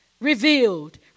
Revealed